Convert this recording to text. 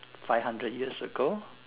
five hundred years ago